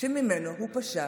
שממנו הוא פשע